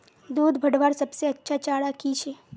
दूध बढ़वार सबसे अच्छा चारा की छे?